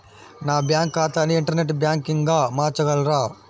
నా బ్యాంక్ ఖాతాని ఇంటర్నెట్ బ్యాంకింగ్గా మార్చగలరా?